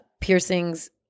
piercings